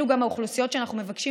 אלו גם האוכלוסיות שאנחנו מבקשים